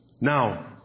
Now